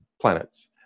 planets